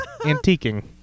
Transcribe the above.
Antiquing